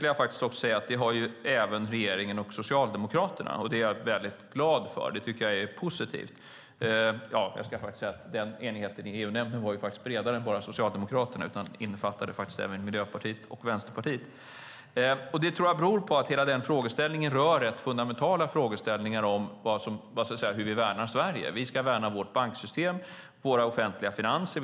Jag ska också säga att det har även regeringen och Socialdemokraterna, och det är jag väldigt glad för. Det tycker jag är positivt. Jag ska även säga att den enigheten i EU-nämnden faktiskt var bredare än bara Socialdemokraterna och innefattade även Miljöpartiet och Vänsterpartiet. Det enigheten tror jag beror på att hela denna frågeställning rör rätt fundamentala frågeställningar om hur vi värnar Sverige. Vi ska värna vårt banksystem och våra offentliga finanser.